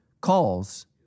calls